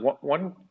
one